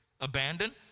abandoned